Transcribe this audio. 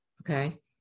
okay